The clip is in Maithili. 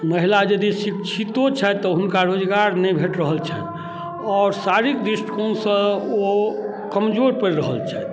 महिला यदि शिक्षितो छथि तऽ हुनका रोजगार नहि भेटि रहल छनि आओर शारीरिक दृष्टिकोणसँ ओ कमजोर पड़ि रहल छथि